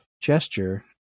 gesture